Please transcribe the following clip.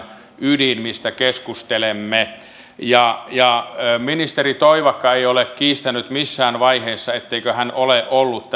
ydin mistä keskustelemme ministeri toivakka ei ole kiistänyt missään vaiheessa etteikö hän ole ollut